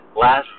Last